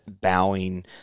bowing